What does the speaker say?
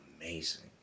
amazing